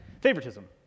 Favoritism